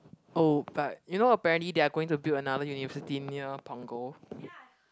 oh but you know apparently they are going to build another university near punggol